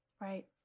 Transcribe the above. Right